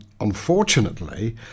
unfortunately